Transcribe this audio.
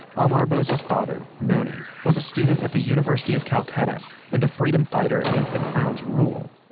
amar bose's father, noni, was a student at the university of calcutta and a freedom fighter against the crown's rule.